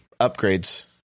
upgrades